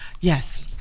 Yes